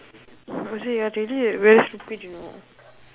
honestly ah J_J like very stupid you know